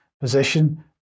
position